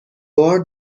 بار